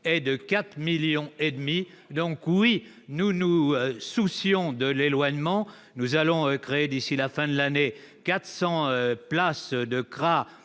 de 4,5 millions d'euros. Oui, nous nous soucions de l'éloignement. Nous allons créer, d'ici à la fin de l'année, 400 places